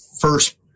first